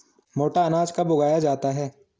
मोटा अनाज कब उगाया जाता है?